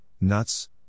nuts